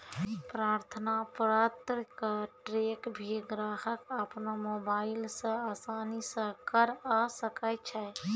प्रार्थना पत्र क ट्रैक भी ग्राहक अपनो मोबाइल स आसानी स करअ सकै छै